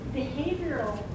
behavioral